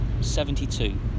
Seventy-two